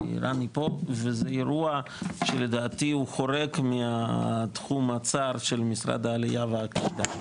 זה אירוע שלדעתי הוא חורג מהתחום הצר של משרד העלייה והקליטה,